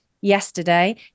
yesterday